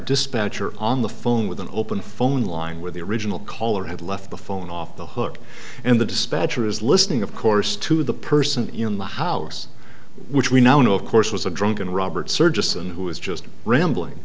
dispatcher on the phone with an open phone line where the original caller had left the phone off the hook and the dispatcher is listening of course to the person in the house which we now know of course was a drunken robert surges and who is just rambling